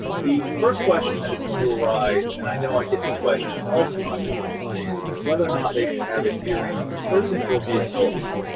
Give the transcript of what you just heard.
the first question that is going to arise and i know i get this question all the time with my clients is whether or not they should have a hearing in person or via telephone.